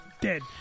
dead